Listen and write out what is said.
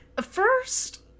first